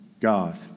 God